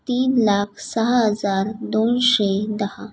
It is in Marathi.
तीन लाख सहा हजार दोनशे दहा